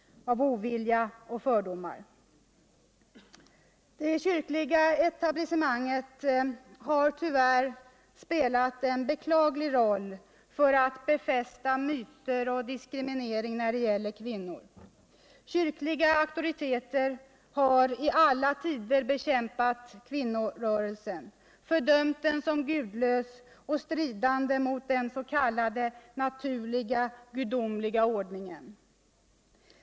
Det kyrkliga etablissemanget har tyvärr spelat en beklaglig roll för att befästa myter och diskriminering när det gäller kvinnor. Kyrkliga auktoriteter har i alla tider bekämpat kvinnorörelsen. fördömt den som gudlös och stridande mot den s.k. naturliga, gudomliga ordningen.